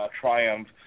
triumph